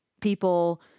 people